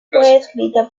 escrita